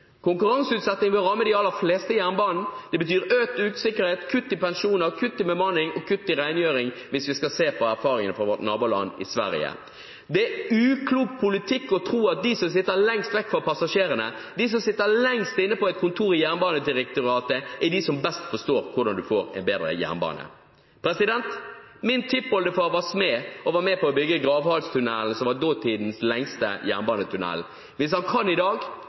Konkurranseutsetting vil ramme de aller fleste i jernbanen. Det betyr økt usikkerhet, kutt i pensjoner, kutt i bemanning og kutt i rengjøring hvis vi skal se på erfaringene fra vårt naboland Sverige. Det er uklok politikk å tro at de som sitter lengst vekk fra passasjerene, de som sitter lengst inne på et kontor i Jernbanedirektoratet, er de som best forstår hvordan en får en bedre jernbane. Min tippoldefar var smed og var med på å bygge Gravhalstunnelen som var datidens lengste jernbanetunnel. Hvis han kan i dag,